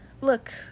Look